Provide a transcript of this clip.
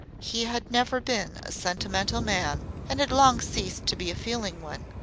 he had never been a sentimental man, and had long ceased to be a feeling one,